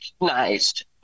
recognized